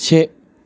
से